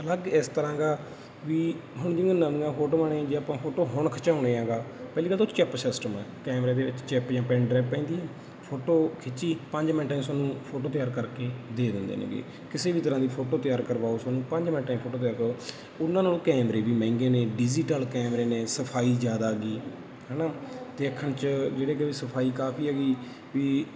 ਅਲੱਗ ਇਸ ਤਰ੍ਹਾਂ ਗਾ ਵੀ ਹੁਣ ਜਿਵੇਂ ਨਵੀਆਂ ਫੋਟੋਆਂ ਨੇ ਜੇ ਆਪਾਂ ਫੋਟੋ ਹੁਣ ਖਿਚਾਉਂਦੇ ਹਾਂ ਗਾ ਪਹਿਲੀ ਗੱਲ ਤਾਂ ਉਹ ਚਿੱਪ ਸਿਸਟਮ ਹੈ ਕੈਮਰੇ ਦੇ ਵਿੱਚ ਚਿੱਪ ਜਾਂ ਪੈੱਨ ਡਰਾਈਵ ਪੈਂਦੀ ਹੈ ਫੋਟੋ ਖਿੱਚੀ ਪੰਜ ਮਿੰਟਾਂ 'ਚ ਤੁਹਾਨੂੰ ਫੋਟੋ ਤਿਆਰ ਕਰਕੇ ਦੇ ਦਿੰਦੇ ਨੇ ਗੇ ਕਿਸੇ ਵੀ ਤਰ੍ਹਾਂ ਦੀ ਫੋਟੋ ਤਿਆਰ ਕਰਵਾਓ ਤੁਹਾਨੂੰ ਪੰਜ ਮਿੰਟਾਂ 'ਚ ਫੋਟੋ ਤਿਆਰ ਕਰੋ ਉਹਨਾਂ ਨਾਲੋਂ ਕੈਮਰੇ ਵੀ ਮਹਿੰਗੇ ਨੇ ਡਿਜੀਟਲ ਕੈਮਰੇ ਨੇ ਸਫਾਈ ਜ਼ਿਆਦਾ ਆ ਗਈ ਹੈ ਨਾ ਦੇਖਣ 'ਚ ਜਿਹੜੇ ਕਿ ਸਫਾਈ ਕਾਫੀ ਹੈਗੀ ਵੀ